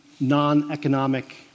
non-economic